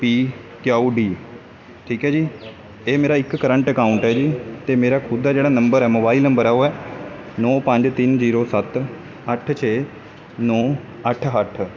ਪੀ Q D ਠੀਕ ਹੈ ਜੀ ਇਹ ਮੇਰਾ ਇੱਕ ਕਰੰਟ ਅਕਾਊਂਟ ਹੈ ਜੀ ਅਤੇ ਮੇਰਾ ਖੁਦ ਦਾ ਜਿਹੜਾ ਨੰਬਰ ਹੈ ਮੋਬਾਈਲ ਨੰਬਰ ਹੈ ਉਹ ਹੈ ਨੌ ਪੰਜ ਤਿੰਨ ਜ਼ੀਰੋ ਸੱਤ ਅੱਠ ਛੇ ਨੌ ਅੱਠ ਅੱਠ